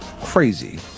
Crazy